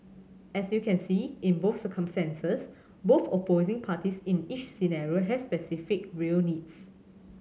as you can see in both circumstances both opposing parties in each scenario have specific real needs